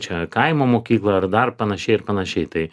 čia kaimo mokykla ar dar panašiai ir panašiai tai